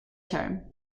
term